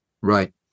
right